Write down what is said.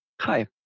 Hi